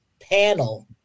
panel